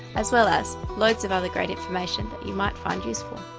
as well as loads of other great information that you might find useful.